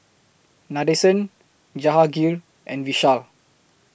Nadesan Jahangir and Vishal